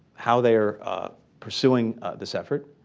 how they are pursuing this effort,